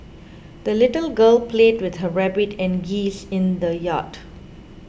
the little girl played with her rabbit and geese in the yard